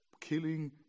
killing